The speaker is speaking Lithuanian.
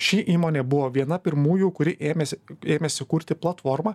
ši įmonė buvo viena pirmųjų kuri ėmėsi ėmėsi kurti platformą